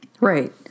Right